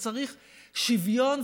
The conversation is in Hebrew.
וצריך שוויון,